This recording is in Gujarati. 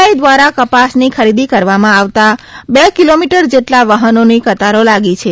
આઇ દ્વારા કપાસ ની ખરીદી કરવા માં આવતા બે કિલો મીટર જેટલા વાહનો ની કતારો લાગી છે